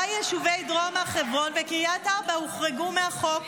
יישובי דרום הר חברון וקריית ארבע הוחרגו מהחוק.